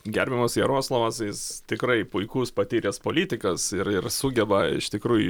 gerbiamas jaroslavas jis tikrai puikus patyręs politikas ir ir sugeba iš tikrųjų